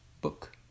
book